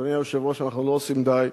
אדוני היושב-ראש, אנחנו לא עושים די.